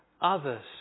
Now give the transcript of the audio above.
others